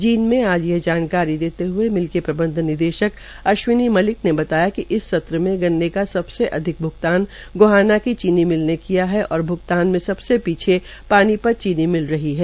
जींद में आज यह जानकारी देते हए मिल के प्रबंधक निदेशक अश्विनी मलिक ने बताया कि इस सत्र में गन्ने का सबसे अधिक भ्गतान गोहाना की चीनी मिल ने किया है और भ्गतान में सबसे पीछे पानीपत चीनी मिल रही है